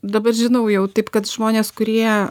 dabar žinau jau taip kad žmonės kurie